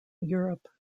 europe